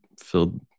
filled